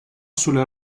sulle